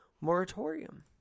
moratorium